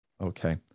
Okay